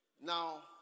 Now